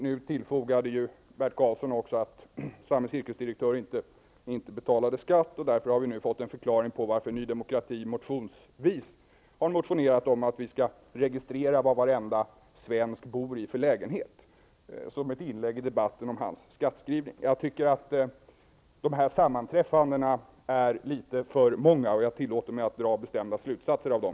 Nu fogade Bert Karlsson till att samme cirkusdirektör inte betalar skatt i Sverige, och därmed har vi fått en förklaring till varför Ny Demokrati motionsvis har föreslagit att vi skall registrera vad varenda svensk bor i för lägenhet, som ett inlägg i debatten om direktör Bronetts skattskrivning. Jag tycker att de här sammanträffandena är litet för många, och jag tillåter mig att dra bestämda slutsatser av dem.